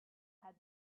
had